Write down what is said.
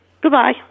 Goodbye